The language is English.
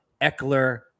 Eckler